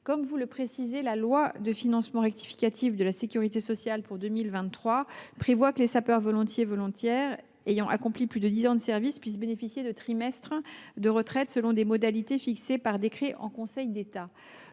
Comme vous le précisez, la loi de financement rectificative de la sécurité sociale pour 2023 dispose que les sapeurs pompiers volontaires ayant accompli plus de dix ans de service peuvent bénéficier de trimestres de retraite selon des modalités fixées par décret en Conseil d’État.